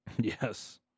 Yes